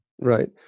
Right